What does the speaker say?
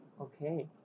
Okay